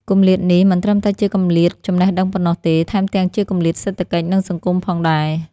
គម្លាតនេះមិនត្រឹមតែជាគម្លាតចំណេះដឹងប៉ុណ្ណោះទេ ថែមទាំងជាគម្លាតសេដ្ឋកិច្ច និងសង្គមផងដែរ។